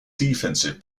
defensive